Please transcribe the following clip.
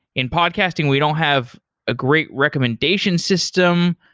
in podcasting, we don't have a great recommendation system.